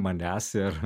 manęs ir